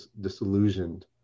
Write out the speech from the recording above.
disillusioned